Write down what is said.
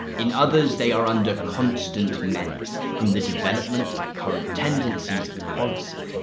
in others they are under constant menace from the development of current tendencies of policy.